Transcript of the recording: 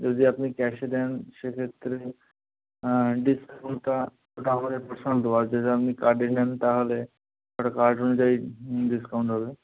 যদি আপনি ক্যাশে দেন সেক্ষেত্রে ডিসকাউন্টটা ওটা আমাদের পোর্শন দেওয়া আছে যে আপনি কাডে নেন তাহলে ওটা কাড অনুযায়ী ডিসকাউন্ট হবে